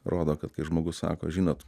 rodo kad kai žmogus sako žinot